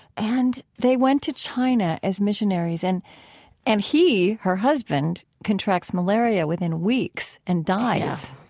and they went to china as missionaries. and and he, her husband, contracts malaria within weeks and dies.